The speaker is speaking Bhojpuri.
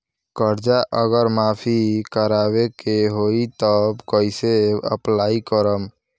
कर्जा अगर माफी करवावे के होई तब कैसे अप्लाई करम?